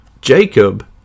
Jacob